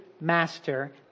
master